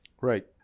Right